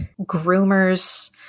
groomers